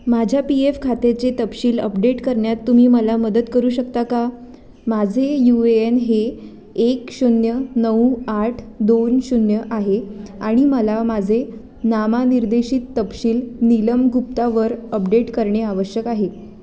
माझ्या P F खात्याचे तपशील अपडेट करण्यात तुम्ही मला मदत करू शकता का माझे यू ए एन हे एक शून्य नऊ आठ दोन शून्य आहे आणि मला माझे नामनिर्देशित तपशील नीलम गुप्तावर अपडेट करणे आवश्यक आहे